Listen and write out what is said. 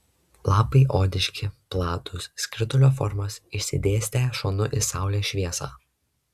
lapai odiški platūs skritulio formos išsidėstę šonu į saulės šviesą